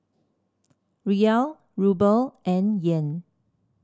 Riel Ruble and Yen